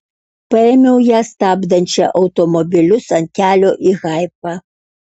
paėmiau ją stabdančią automobilius ant kelio į haifą